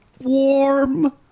Warm